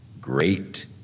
great